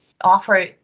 offer